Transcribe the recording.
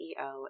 CEO